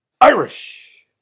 Irish